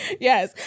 Yes